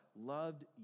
loved